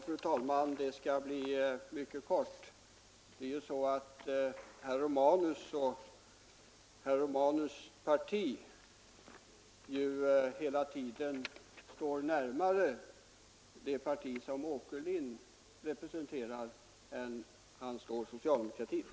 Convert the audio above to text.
Fru talman! Herr Romanus och hans parti står hela tiden närmare det parti som herr Åkerlind representerar än socialdemokratin.